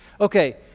Okay